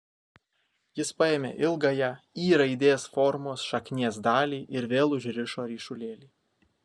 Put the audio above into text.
jis paėmė ilgąją y raidės formos šaknies dalį ir vėl užrišo ryšulėlį